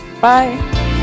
bye